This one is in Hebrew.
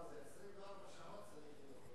24 שעות, צריך להיות תורנות.